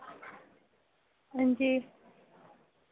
हांजी